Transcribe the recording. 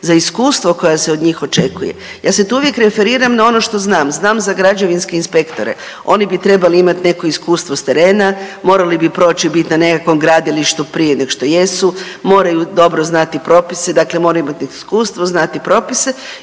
za iskustvo koje se od njih očekuju. Ja se tu uvijek referiram na ono što znam, znam za građevinske inspektore, oni bi trebali imati neko iskustvo s terena, morali bi proći bit na nekakvom gradilištu prije nego što jesu, moraju dobro znati propise dakle, moraju imati iskustvo, znati propise,